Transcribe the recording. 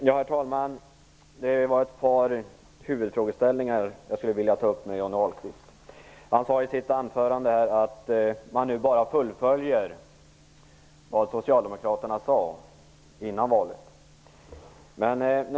Herr talman! Jag skulle vilja ta upp ett par huvudfrågeställningar med Johnny Ahlqvist. Han sade i sitt anförande att man nu bara fullföljer vad socialdemokraterna sade innan valet.